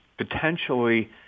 potentially